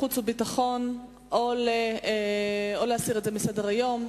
החוץ והביטחון או להסיר אותו מסדר-היום.